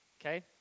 Okay